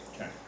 Okay